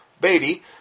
baby